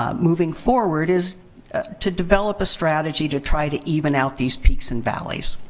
ah moving forward is to develop a strategy to try to even out these peaks and valleys.